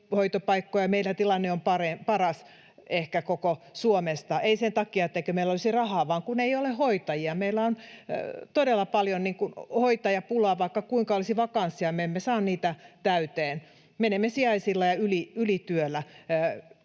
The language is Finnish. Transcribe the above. meidän tilanne on ehkä paras koko Suomessa — ei sen takia, etteikö meillä olisi rahaa, vaan kun ei ole hoitajia. Meillä on todella paljon hoitajapulaa. Vaikka kuinka olisi vakansseja, me emme saa niitä täyteen. Menemme sijaisilla ja ylityöllä.